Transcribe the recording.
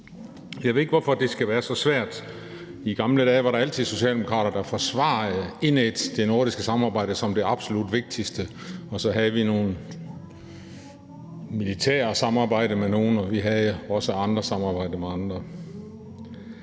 Jeg ved ikke, hvorfor det skal være så svært. Men i gamle dage var der altid socialdemokrater, der indædt forsvarede det nordiske samarbejde som det absolut vigtigste, og så havde vi nogle militære samarbejder med nogle, og så havde vi også andre samarbejder med andre.